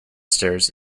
stairs